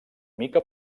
mica